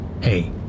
Hey